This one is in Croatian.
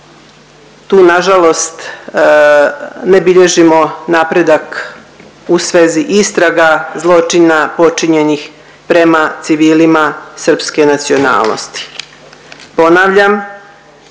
tu nažalost ne bilježimo napredak u svezi istraga zločina počinjenih prema civilima srpske nacionalnosti. Ponavljam,